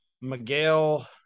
Miguel